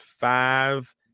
five